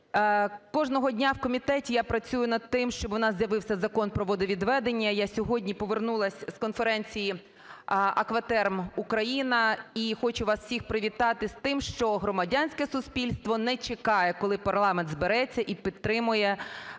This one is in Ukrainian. Кожного дня в комітеті я працюю над тим, щоб у нас з'явився закон про водовідведення. Я сьогодні повернулась з конференції "Акватерм Україна" і хочу вас всіх привітати з тим, що громадянське суспільство не чекає, коли парламент збереться і підтримає політику